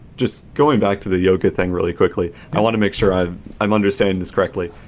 just going back to the yoga thing really quickly. i want to make sure i'm i'm understanding this correctly.